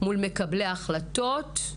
מול מקבלי ההחלטות,